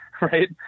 right